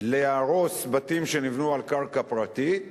להרוס בתים שנבנו על קרקע פרטית.